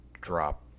drop